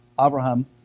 Abraham